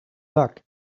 luck